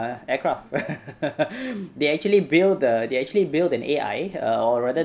the aircraft they actually build uh they actually build an A_I or rather